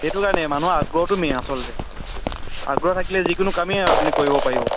সেইটো কাৰণেই মানুহৰ আগ্ৰহটো মেইন আচলতে আগ্ৰহ থাকিলে যিকোনো কামেই আপুনি কৰিব পাৰিব